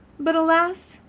but alas,